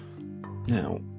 Now